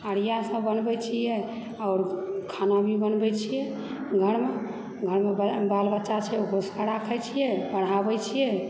अढ़िआ सब बनबय छियै आओर खाना भी बनबैत छियै घरमे घरमऽ बाल बच्चा छै ओकरो सभकेँ राखय छियै पढ़ाबै छियै